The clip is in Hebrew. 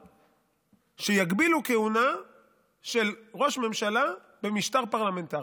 אנחנו נהיה הראשונים בעולם שיגבילו כהונה של ראש ממשלה במשטר פרלמנטרי.